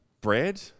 bread